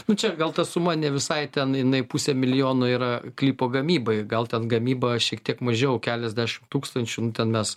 nu čia gal ta suma ne visai ten jinai pusė milijono yra klipo gamybai gal ten gamyba šiek tiek mažiau keliasdešimt tūkstančių nu ten mes